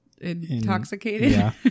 intoxicated